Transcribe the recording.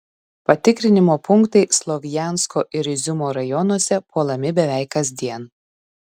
patikrinimo punktai slovjansko ir iziumo rajonuose puolami beveik kasdien